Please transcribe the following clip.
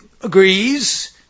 agrees